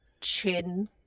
chin